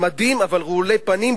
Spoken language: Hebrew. במדים אבל רעולי פנים,